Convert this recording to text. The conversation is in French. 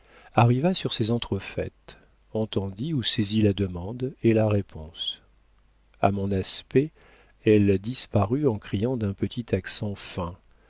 arriva sur ces entrefaites entendit ou saisit la demande et la réponse a mon aspect elle disparut en criant d'un petit accent fin